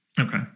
Okay